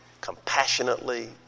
compassionately